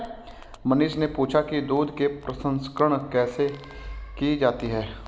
मनीष ने पूछा कि दूध के प्रसंस्करण कैसे की जाती है?